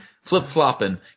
Flip-flopping